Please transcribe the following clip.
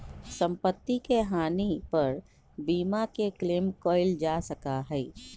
सम्पत्ति के हानि पर बीमा के क्लेम कइल जा सका हई